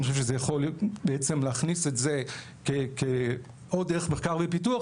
אני חושב שזה בעצם יכול להכניס את זה כעוד דרך מחקר ופיתוח,